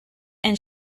and